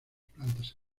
plantas